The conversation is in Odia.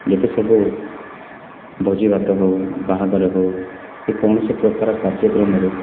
ଯେତେ ସବୁ ଭୋଜିଭାତ ହଉ ବାହାଘର ହେଉ କି କୌଣସି ପ୍ରକାର କାର୍ଯ୍ୟକ୍ରମରେ